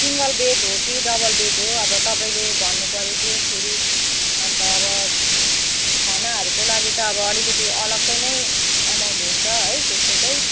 single bed हो कि double bed हो अब तपाईँले भन्नुपऱ्यो त्यो फेरि अन्त अब खानाहरूको लागि त अब अलिकति अलग्गै नै अमाउन्ट हुन्छ है त्यस्तो चाहिँ